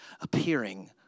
appearing